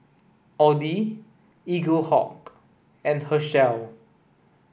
Audi Eaglehawk and Herschel